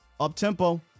Up-tempo